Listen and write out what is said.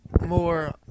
more